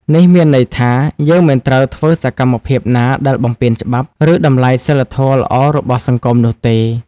នេះមានន័យថា យើងមិនត្រូវធ្វើសកម្មភាពណាដែលបំពានច្បាប់ ឬតម្លៃសីលធម៌ល្អរបស់សង្គមនោះទេ។